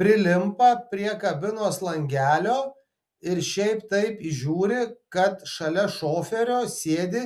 prilimpa prie kabinos langelio ir šiaip taip įžiūri kad šalia šoferio sėdi